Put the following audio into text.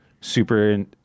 super